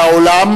והעולם,